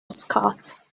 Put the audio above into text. scott